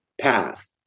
path